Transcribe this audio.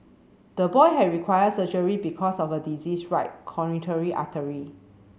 the boy had required surgery because of a diseased right artery